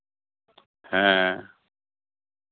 ᱦᱮᱸ